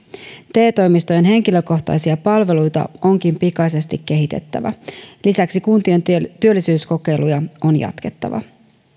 te toimistojen henkilökohtaisia palveluita onkin pikaisesti kehitettävä lisäksi kuntien työllisyyskokeiluja on jatkettava